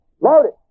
loaded